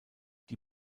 die